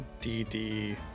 DD